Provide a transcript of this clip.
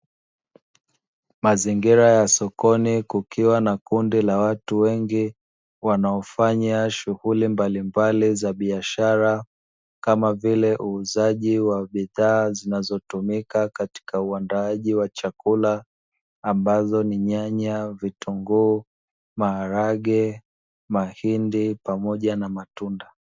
Mazingira ya sokoni kukiwa na kundi la watu wengi wanaofanya shughuli mbalimbali za biashara kama vile uuzaji wa bidhaa zinazotumika katika uandaaji wa chakula ambazo ni: nyanya, vitunguu, maharage, mahindi, pamoja na matunda.